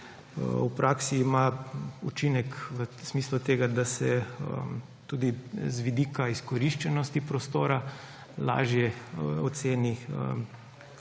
v praksi učinek v smislu tega, da se tudi z vidika izkoriščenosti prostora lažje oceni,